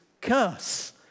curse